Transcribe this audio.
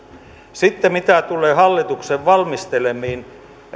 sitten mitä tulee hallituksen valmistelemiin